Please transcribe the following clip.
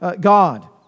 God